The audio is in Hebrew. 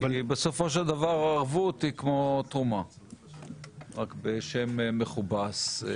בסופו של דבר הערבות היא כמו תרומה אלא בשם מכובס.